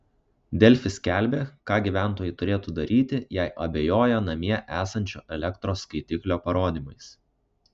delfi skelbė ką gyventojai turėtų daryti jei abejoja namie esančio elektros skaitiklio parodymais